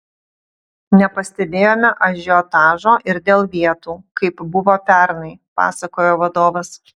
nepastebėjome ažiotažo ir dėl vietų kaip buvo pernai pasakojo vadovas